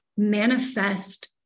Manifest